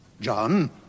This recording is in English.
John